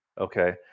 Okay